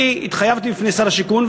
אני התחייבתי בפני שר השיכון,